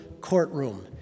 courtroom